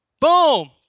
Boom